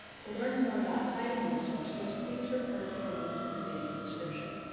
to learn more about citing these sources, please refer to the links in the video description.